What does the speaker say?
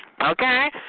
okay